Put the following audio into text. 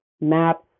Maps